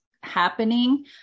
happening